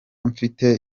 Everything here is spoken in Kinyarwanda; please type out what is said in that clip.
mfite